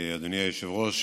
אדוני היושב-ראש,